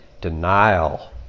denial